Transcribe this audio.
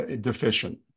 deficient